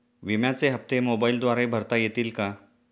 विम्याचे हप्ते मोबाइलद्वारे भरता येतील का?